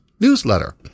Newsletter